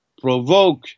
provoke